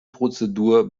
prozedur